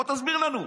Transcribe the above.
בוא תסביר לנו.